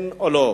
כן או לא?